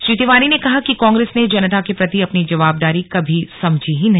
श्री तिवारी ने कहा कि कांग्रेस ने जनता के प्रति अपनी जवाबदारी कभी समझी ही नहीं